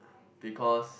because